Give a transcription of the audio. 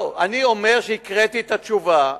אני אומר שהקראתי את התשובה.